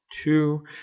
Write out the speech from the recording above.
two